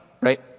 right